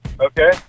Okay